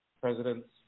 President's